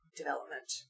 development